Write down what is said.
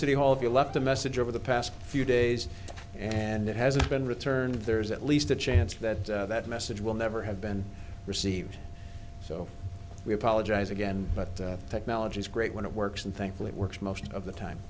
city hall if you left a message over the past few days and it hasn't been returned there is at least a chance that that message will never have been received so we apologize again but technology is great when it works and thankfully it works most of the time